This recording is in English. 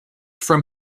from